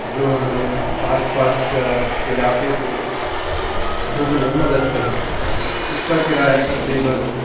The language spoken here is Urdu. جو ہمیں آس پاس کا علاقے کو گھومنے میں مدد کر دے اس کا کرایہ تقریباً